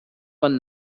man